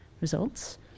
results